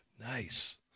Nice